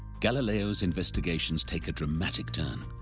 galileo's investigations take a dramatic turn.